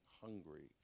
hungry